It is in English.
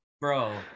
bro